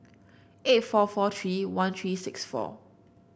eight four four three one three six four